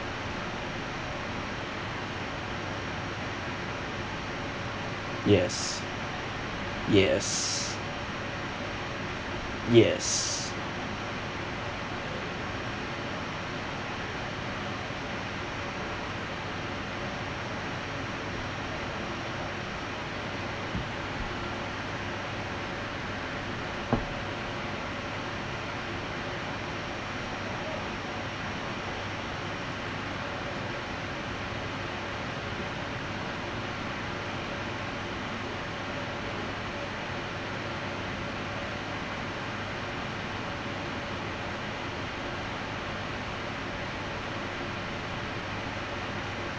yes yes yes